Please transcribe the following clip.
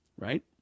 right